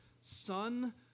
son